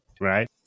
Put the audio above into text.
right